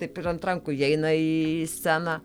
taip ir ant rankų įeina įįį sceną